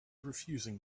refusing